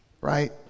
right